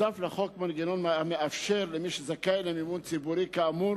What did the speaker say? הוסף לחוק מנגנון המאפשר למי שזכאי למימון ציבורי כאמור